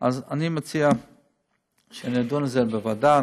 אני מציע שנדון בזה בוועדה.